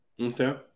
Okay